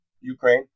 Ukraine